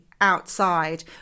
Outside